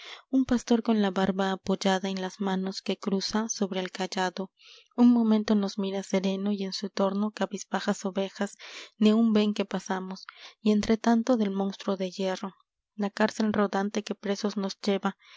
un pastor con la barba apoyada en las manos que cruza sobre el cayado un momento nos mira sereno y en su torno cabizbajas ovejas ni aun ven que pasamos y entretanto del monstruo de hierro la cárcel rodante que presos nos lleva